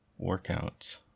workouts